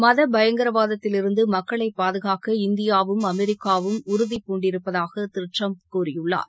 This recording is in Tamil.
மத பயங்கரவாதத்தில் இருந்து மக்களை பாதுனக்க இந்தியாவும் அமெரிக்காவும் உறுதி பூண்டிருப்பதாக திரு ட்டிரம்ப் கூறியுள்ளார்